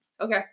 Okay